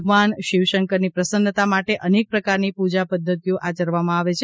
ભગવાન શિવશંકરની પ્રસન્નતા માટે અનેક પ્રકારની પૂજા પદ્ધતિઓ આયરવામાં આવે છે